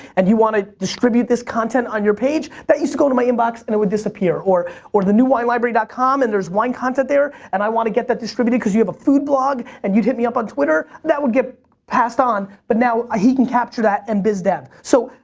and you want to distribute this content on your page, that used to go to my inbox and it would disappear, or or the new winelibrary dot com and there's wine content there, and i want to get that distributed cause you have a food blog, and you'd hit me up on twitter, that would get passed on. but now, he can capture that and biz dev. so,